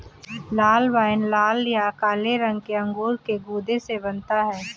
लाल wine लाल या काले रंग के अंगूर के गूदे से बनता है